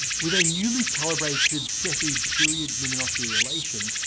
with a newly calibrated cepheid period luminosity relation,